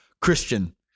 Christian